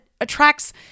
attracts